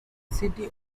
city